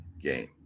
game